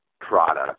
product